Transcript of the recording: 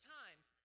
times